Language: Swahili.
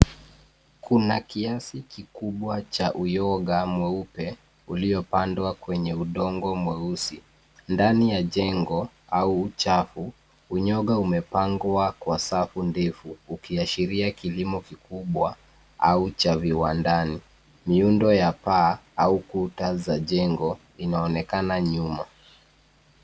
Kuna kiasi kikubwa cha uyoga mweupe uliopandwa kwenye udongo mweusi. Ndani ya jengo au chafu, uyoga umepangwa kwa safu ndefu ukiashiria kilimo kikubwa au cha viwandani. Miundo ya paa au kuta za jengo inaonekana nyuma.